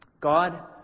God